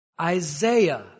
Isaiah